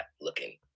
looking